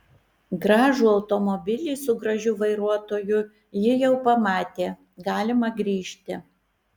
gražų automobilį su gražiu vairuotoju ji jau pamatė galima grįžti